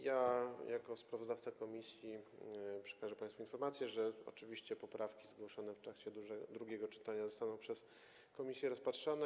Jako sprawozdawca komisji przekażę państwu informację, że oczywiście poprawki zgłoszone w czasie drugiego czytania zostaną przez komisję rozpatrzone.